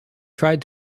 tried